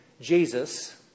Jesus